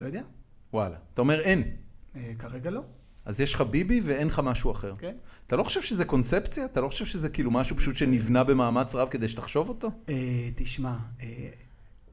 לא יודע. וואלה. אתה אומר אין. כרגע לא. אז יש לך ביבי ואין לך משהו אחר. כן. אתה לא חושב שזה קונספציה? אתה לא חושב שזה כאילו משהו פשוט שנבנה במאמץ רב כדי שתחשוב אותו? אה, תשמע...